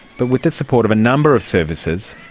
but with the support of a number of services,